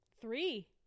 Three